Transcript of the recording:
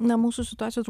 na mūsų situacija